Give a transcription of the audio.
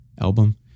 album